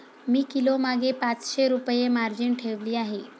मी किलोमागे पाचशे रुपये मार्जिन ठेवली आहे